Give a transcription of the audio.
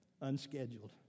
unscheduled